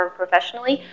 professionally